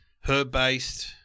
herb-based